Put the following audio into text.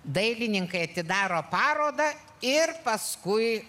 dailininkai atidaro parodą ir paskui